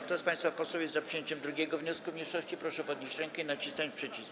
Kto z państwa posłów jest za przyjęciem 2. wniosku mniejszości, proszę podnieść rękę i nacisnąć przycisk.